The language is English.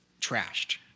trashed